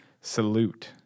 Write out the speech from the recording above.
Salute